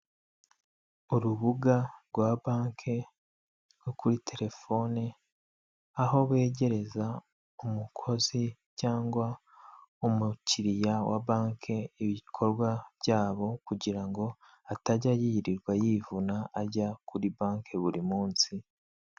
Urubuga rwa banki rwo kuri telefoni aho begereza umukozi cyangwa umukiriya wa banki ibikorwa byabo kugira ngo atajya yirirwa yivuna ajya kuri banki buri munsi.